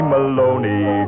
Maloney